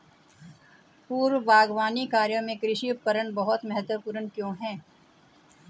पूर्व बागवानी कार्यों में कृषि उपकरण बहुत महत्वपूर्ण क्यों है?